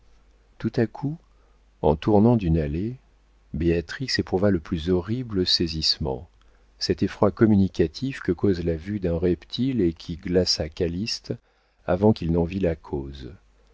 tout à coup au tournant d'une allée béatrix éprouva le plus horrible saisissement cet effroi communicatif que cause la vue d'un reptile et qui glaça calyste avant qu'il en vît la cause